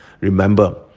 Remember